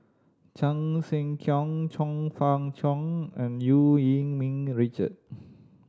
Chan Sek Keong Chong Fah Cheong and Eu Yee Ming Richard